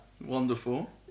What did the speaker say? Wonderful